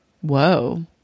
Whoa